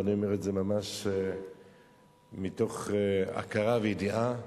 ואני אומר את זה ממש מתוך הכרה וידיעה.